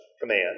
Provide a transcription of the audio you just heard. command